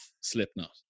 Slipknot